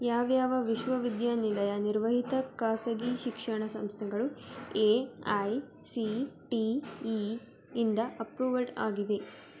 ಯಾವ ಯಾವ ವಿಶ್ವವಿದ್ಯಾನಿಲಯ ನಿರ್ವಹಿತ ಖಾಸಗಿ ಶಿಕ್ಷಣ ಸಂಸ್ಥೆಗಳು A I C T E ಇಂದ ಅಪ್ರೂವಡ್ ಆಗಿದೆ